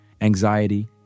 anxiety